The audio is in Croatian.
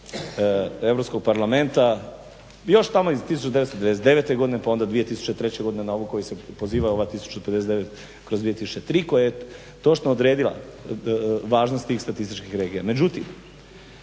Europskog parlamenta još tamo iz 1999. godine, pa onda 2003. godine na ovu koju se poziva ova 1059/2003 koja je točno odredila važnost tih statističkih regija.